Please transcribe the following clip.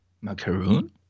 Macaroon